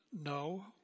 No